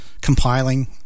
compiling